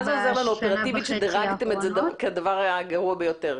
אבל מה זה עוזר לנו אופרטיבית שדירגתם את זה כדבר הגרוע ביותר?